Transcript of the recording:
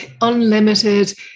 unlimited